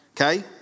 Okay